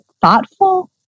thoughtful